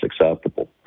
acceptable